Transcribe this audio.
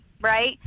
Right